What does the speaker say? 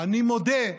אני מודה,